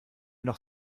noch